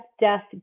death